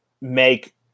make